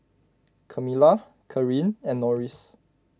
Kamilah Kareen and Norris